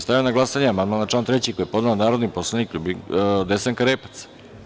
Stavljam na glasanje amandman na član 3. koji je podnela narodni poslanik Desanka Repac.